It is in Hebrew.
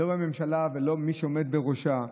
לא בממשלה ולא במי שעומד בראשה.